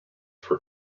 for